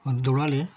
দৌড়ালে